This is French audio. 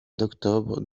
d’octobre